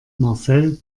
marcel